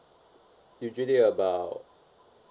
usually about